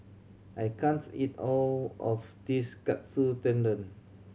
I can't eat all of this Katsu Tendon